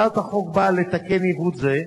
הצעת החוק באה לתקן עיוות זה.